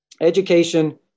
education